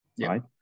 right